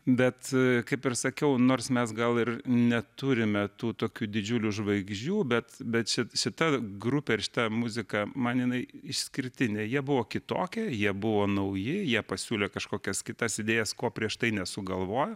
bet kaip ir sakiau nors mes gal ir neturime tų tokių didžiulių žvaigždžių bet bet ši šita grupė ir šita muzika man jinai išskirtinė jie buvo kitokie jie buvo nauji jie pasiūlė kažkokias kitas idėjas ko prieš tai nesugalvojo